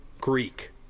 Greek